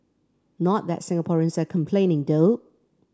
not that Singaporeans are complaining though